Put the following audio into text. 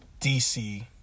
DC